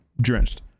drenched